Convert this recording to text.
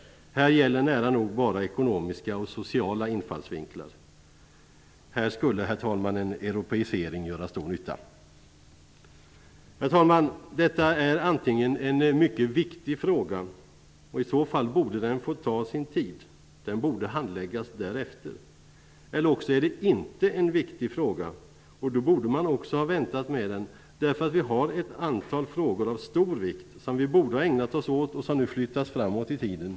Här gäller nära nog bara ekonomiska och sociala infallsvinklar. Här skulle en europeisering göra nytta, herr talman. Herr talman! Detta är antingen en mycket viktig fråga -- och i så fall borde den få ta sin tid och handläggas därefter -- eller också är det inte en viktig fråga, och då borde man också ha väntat med den. Vi har ett antal frågor av stor vikt som vi borde ha ägnat oss åt, men som nu flyttas framåt i tiden.